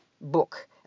book